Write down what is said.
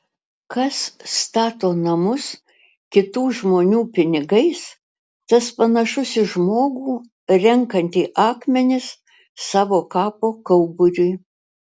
kas stato namus kitų žmonių pinigais tas panašus į žmogų renkantį akmenis savo kapo kauburiui